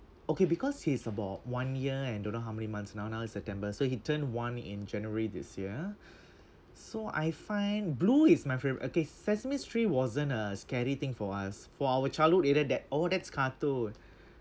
okay because he's about one year and don't know how many months now now is september so he turned one in january this year so I find blue is my favorite okay sesame street wasn't a scary thing for us for our childhood either that oh that's cartoon